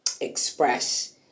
express